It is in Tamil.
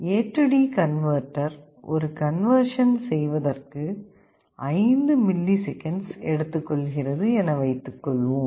AD கன்வெர்ட்டர் ஒரு கண்வர்ஷன் செய்வதற்கு 5 மில்லி செகண்ட்ஸ் எடுத்துக் கொள்கிறது என வைத்துக்கொள்வோம்